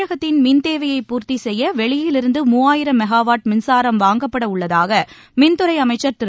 தமிழகத்தின் மின்தேவையப் பூர்த்திசெய்ய வெளியிலிருந்து மூவாயிரம் மெகாவாட் மின்சாரம் வாங்கப்படவுள்ளதாகமின்துறைஅமைச்சர் திரு